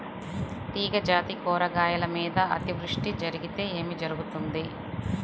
తీగజాతి కూరగాయల మీద అతివృష్టి జరిగితే ఏమి జరుగుతుంది?